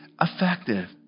effective